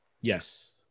Yes